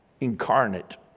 incarnate